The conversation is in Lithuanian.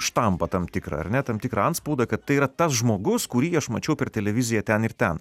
štampą tam tikrą ar ne tam tikrą antspaudą kad tai yra tas žmogus kurį aš mačiau per televiziją ten ir ten